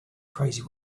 crazy